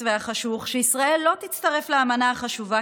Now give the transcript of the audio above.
והחשוך שישראל לא תצטרף לאמנה החשובה,